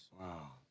Wow